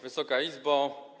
Wysoka Izbo!